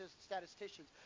statisticians